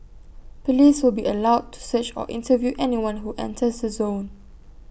Police will be allowed to search or interview anyone who enters the zone